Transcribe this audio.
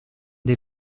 des